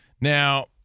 Now